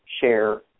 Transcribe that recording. share